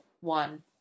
one